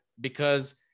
because-